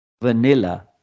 vanilla